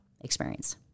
experience